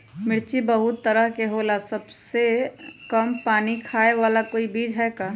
मिर्ची बहुत तरह के होला सबसे कम पानी खाए वाला कोई बीज है का?